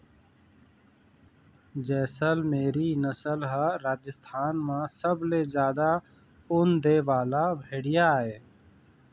जैसलमेरी नसल ह राजस्थान म सबले जादा ऊन दे वाला भेड़िया आय